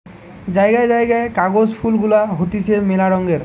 জায়গায় জায়গায় কাগজ ফুল গুলা হতিছে মেলা রঙের